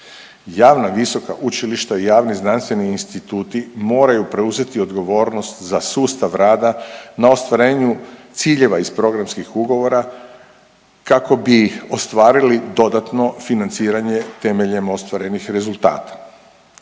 Javna visoka učilišta i javni znanstveni instituti moraju preuzeti odgovornost za sustav rada na ostvarenju ciljeva iz programskih ugovora kako bi ostvarili dodatno financiranje temeljem ostvarenih rezultata,